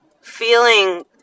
feeling